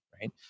right